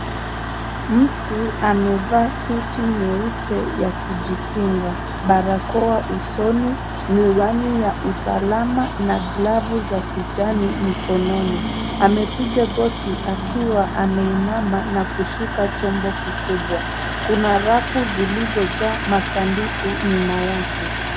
Mtu amevaa suti nyeupe ya kujikinga, barakoa usoni ,miwani ya usalama na glavu za kijani mikononi .Amepiga goti akiwa ameinama na kushika chombo kikubwa. Kuna rafu zilizojaa masanduku nyuma yake.